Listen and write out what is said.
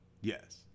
Yes